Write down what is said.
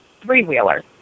three-wheeler